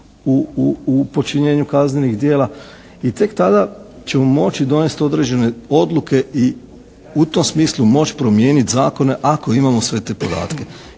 u počinjenju kaznenih djela. I tek tada ćemo moći donijeti određene odluke i u tom smislu moći promijeniti zakone ako imamo sve te podatke.